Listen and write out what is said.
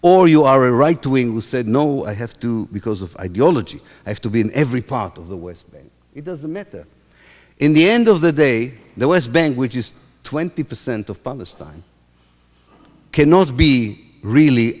or you are right doing with said no i have to because of ideology have to be in every part of the west it doesn't matter in the end of the day the west bank which is twenty percent of palestine cannot be really